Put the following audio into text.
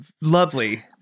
Lovely